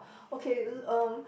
okay l~ uh